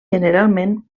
generalment